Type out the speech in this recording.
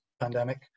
pandemic